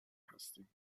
هستیم